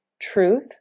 truth